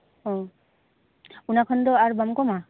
ᱳ ᱚᱱᱟ ᱠᱷᱚᱱ ᱫᱚ ᱟᱨ ᱵᱟᱢ ᱠᱚᱢᱟ